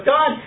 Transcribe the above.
God